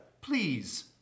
please